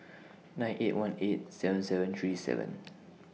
nine eight one eight seven seven three seven